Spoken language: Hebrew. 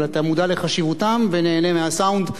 אתה מודע לחשיבותן ונהנה מהסאונד.